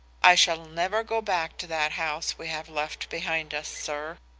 i shall never go back to that house we have left behind us, sir